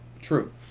true